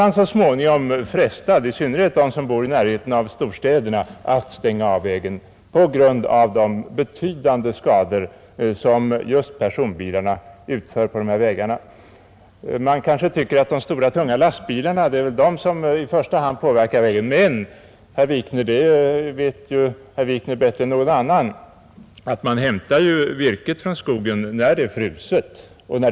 Men så småningom blir man — i synnerhet om man bor i närheten av storstäderna — frestad eller tvingad att stänga av vägarna på grund av de betydande skador som just personbilarna anställer på dem. Man kanske tycker att det är de stora tunga lastbilarna som i första hand skulle fresta på vägarna. Men herr Wikner vet bättre än någon annan att lastbilarna så långt möjligt hämtar virket från skogen när vägarna är frusna eller torra.